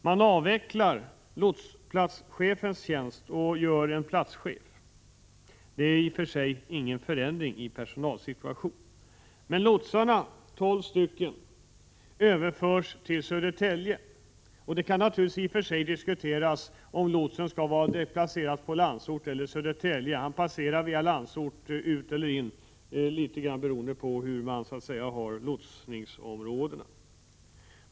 Man avvecklar lotsplatschefens tjänst och inrättar en tjänst för en platschef —det innebär i och för sig inte någon förändring i personalsituationen. De tolv lotsarna överförs till Södertälje. Det kan naturligtvis i och för sig diskuteras om lotsen skall vara placerad på Landsort eller i Södertälje — han passerar ut och in via Landsort, litet grand beroende på hur man gjort upp lotsningsområdena.